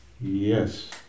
Yes